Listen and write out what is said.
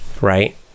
right